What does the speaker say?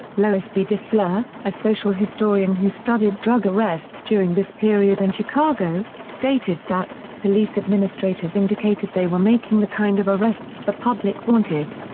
lois b. defleur, a social historian who studied drug arrests during this period in and chicago, stated that, police administrators indicated they were making the kind of arrests the public wanted.